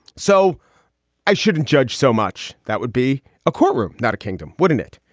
so i shouldn't judge so much. that would be a courtroom, not a kingdom, wouldn't it?